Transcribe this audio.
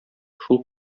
шул